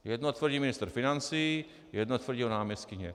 Jedno tvrdí ministr financí, jedno tvrdí jeho náměstkyně.